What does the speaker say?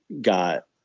got